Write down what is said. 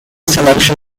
selection